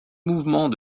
mouvement